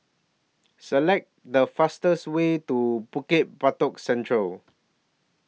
Select The fastest Way to Bukit Batok Central